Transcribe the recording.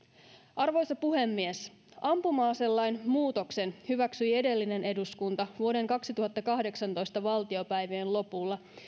arvoisa puhemies ampuma aselain muutoksen hyväksyi edellinen eduskunta vuoden kaksituhattakahdeksantoista valtiopäivien lopulla